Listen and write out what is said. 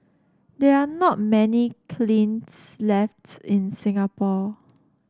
there are not many kilns lefts in Singapore